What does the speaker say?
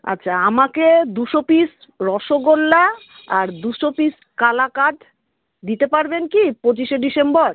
আচ্ছা আমাকে দুশো পিস রসগোল্লা আর দুশো পিস কালাকাঁদ দিতে পারবেন কি পঁচিশে ডিসেম্বর